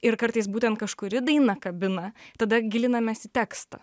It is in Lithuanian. ir kartais būtent kažkuri daina kabina tada gilinamės į tekstą